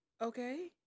Okay